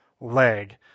leg